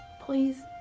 please.